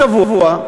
השבוע,